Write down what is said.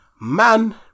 Man